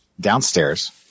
downstairs